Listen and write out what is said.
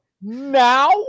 now